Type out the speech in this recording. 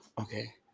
Okay